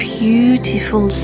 beautiful